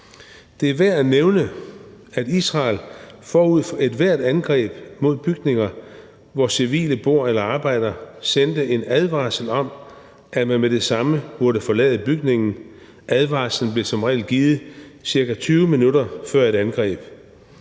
Det er værd at nævne, at Israel forud for ethvert angreb mod bygninger, hvor civile bor eller arbejder, sendte en advarsel om, at man med det samme burde forlade bygningen. Advarslen blev som regel givet cirka 20 minutter før et angreb.